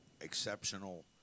exceptional